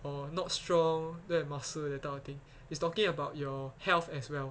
or not strong don't have muscle that type of thing is talking about your health as well